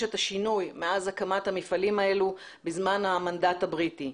את השינוי מאז הקמת המפעלים האלו בזמן המנדט הבריטי.